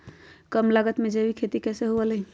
कम लागत में जैविक खेती कैसे हुआ लाई?